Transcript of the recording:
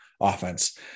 offense